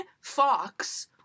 fox